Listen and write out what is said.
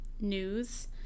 news